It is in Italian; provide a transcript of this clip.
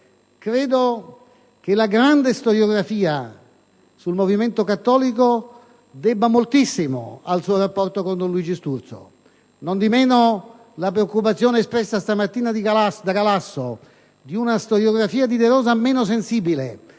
e che la grande storiografia sul movimento cattolico debba moltissimo al suo rapporto con Luigi Sturzo. Nondimeno, la preoccupazione espressa stamattina da Galasso circa una storiografia di De Rosa meno sensibile